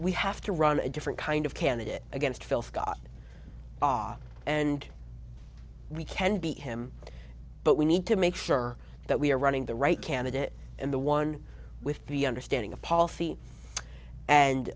we have to run a different kind of candidate against phil scott ah and we can be him but we need to make sure that we are running the right candidate and the one with the understanding of policy